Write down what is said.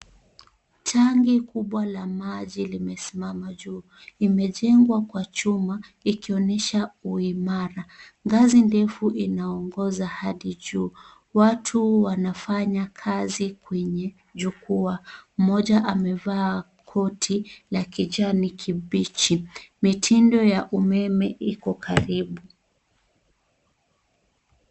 Tanki kubwa la maji limesimama juu. Limejengwa kwa chuma likionyesha uimara. Ngazi ndefu inaongoza hadi juu. Watu wanafanya kazi kwenye jukwaa, mmoja amevaa koti la kijani kibichi. Mitindo ya umeme iko karibu.